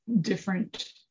different